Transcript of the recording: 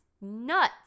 nuts